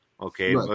okay